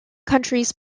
countries